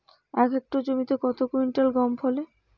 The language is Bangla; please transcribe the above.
এক হেক্টর জমিতে কত কুইন্টাল গম ফলে?